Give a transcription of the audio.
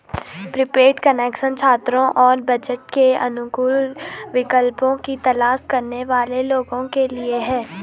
prepaid connection छात्रों और budget के अनुकूल विकल्पों की तलाश करने वाले लोगों के लिए है